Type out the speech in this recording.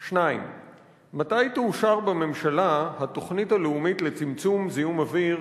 2. מתי תאושר בממשלה התוכנית הלאומית לצמצום זיהום אוויר,